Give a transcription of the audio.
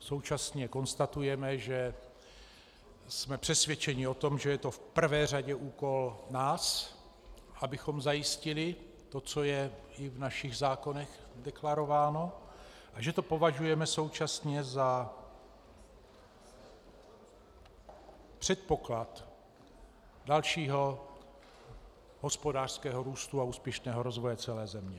Současně konstatujeme, že jsme přesvědčeni o tom, že je to v prvé řadě úkol nás, abychom zajistili to, co je v našich zákonech deklarováno, a že to považujeme současně za předpoklad dalšího hospodářského růstu a úspěšného rozvoje celé země.